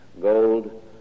Gold